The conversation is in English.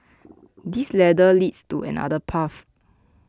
this ladder leads to another path